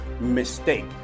mistake